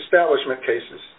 establishment cases